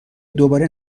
دوباره